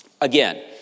Again